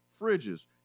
fridges